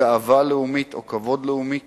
גאווה לאומית או כבוד לאומי כמדיניות.